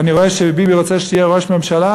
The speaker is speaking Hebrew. ואני רואה שביבי רוצה שתהיה ראש ממשלה,